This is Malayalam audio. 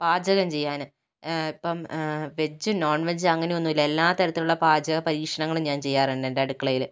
പാചകം ചെയ്യാൻ ഇപ്പം വെജ് നോൺ വെജ് അങ്ങനെയൊന്നുമില്ല എല്ലാ തരത്തിലുള്ള പാചക പരീക്ഷണങ്ങളും ഞാൻ ചെയാറുണ്ട് എൻ്റെ അടുക്കളയിൽ